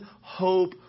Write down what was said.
hope